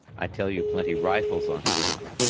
i tell you plenty rifles on schooner.